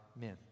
men